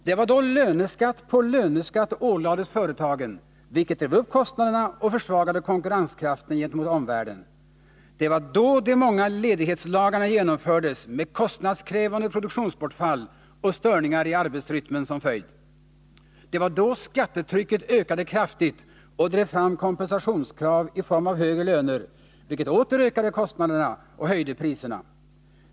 Det var då löneskatt på löneskatt ålades företagen, vilket drev upp kostnaderna och försvagade konkurrenskraften gentemot omvärlden. Det var då de många ledighetslagarna genomfördes med kostnadskrävande produktionsbortfall och störningar i arbetsrytmen som följd. Det var då skattetrycket ökade kraftigt och drev fram kompensationskrav i form av högre löner, vilket åter ökade kostnaderna och höjde priserna.